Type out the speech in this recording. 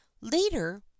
Later